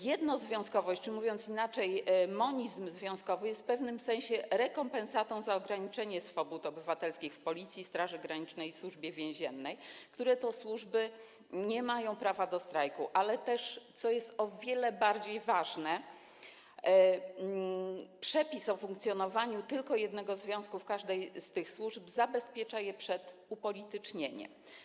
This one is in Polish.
Jednozwiązkowość, czyli, mówiąc inaczej, monizm związkowy, jest w pewnym sensie rekompensatą za ograniczenie swobód obywatelskich w Policji, Straży Granicznej, Służbie Więziennej, które to służby nie mają prawa do strajku, ale też, co jest o wiele bardziej ważne, przepis o funkcjonowaniu tylko jednego związku w każdej z tych służb zabezpiecza je przed upolitycznieniem.